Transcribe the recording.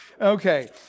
Okay